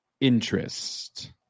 interest